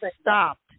stopped